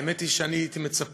האמת היא שאני הייתי מצפה